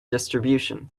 distribution